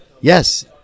Yes